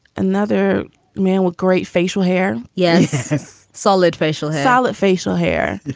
another man with great facial hair. yes. solid facial hair. solid facial hair.